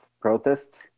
protests